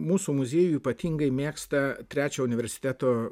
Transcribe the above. mūsų muziejų ypatingai mėgsta trečio universiteto